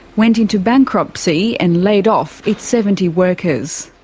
went into bankruptcy and laid off its seventy workers.